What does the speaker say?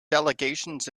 delegations